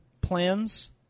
plans